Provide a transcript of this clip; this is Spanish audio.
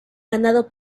ganado